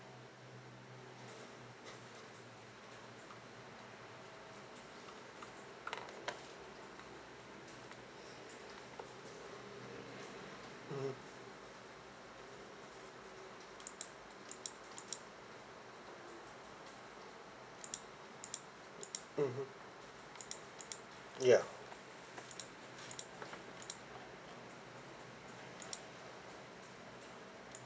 mmhmm mmhmm ya